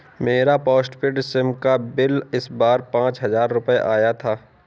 मेरे postpaid SIM का bill इस बार पाँच हजार रुपए आया था